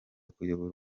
kuyobora